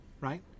right